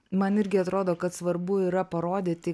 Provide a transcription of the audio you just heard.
man irgi atrodo kad svarbu yra parodyti